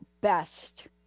best